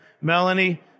Melanie